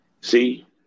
See